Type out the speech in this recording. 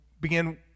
began